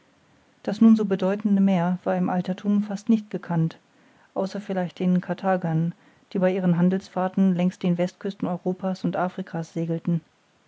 das nun so bedeutende meer war im alterthum fast nicht gekannt außer vielleicht den karthagern die bei ihren handelsfahrten längs den westküsten europa's und afrika's segelten